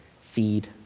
feed